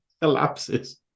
collapses